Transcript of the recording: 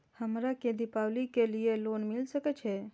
हमरा के दीपावली के लीऐ लोन मिल सके छे?